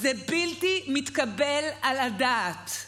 זה בלתי מתקבל על הדעת.